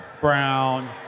Brown